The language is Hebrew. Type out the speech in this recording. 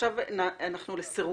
חבר